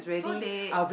so they